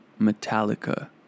metallica